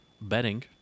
betting